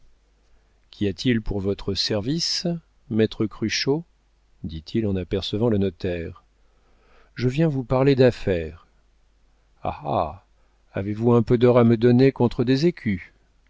qu'y a-t-il pour votre service maître cruchot dit-il en apercevant le notaire je viens vous parler d'affaires ah ah avez-vous un peu d'or à me donner contre des écus